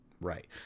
right